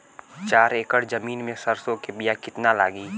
चार एकड़ जमीन में सरसों के बीया कितना लागी?